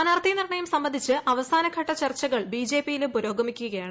സ്ഥാനാർത്ഥി നിർണ്ണയം സംബന്ധിച്ച് അവസാന ഘട്ട ചർച്ചകൾ ബിജെപിയിലും പുരോഗമിക്കുകയാണ്